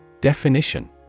Definition